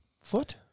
foot